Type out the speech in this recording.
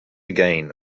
again